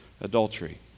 adultery